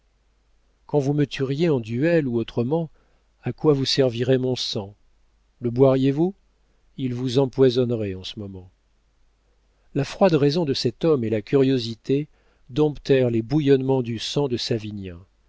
quand vous me tueriez en duel ou autrement à quoi vous servirait mon sang le boiriez vous il vous empoisonnerait en ce moment la froide raison de cet homme et la curiosité domptèrent les bouillonnements du sang de savinien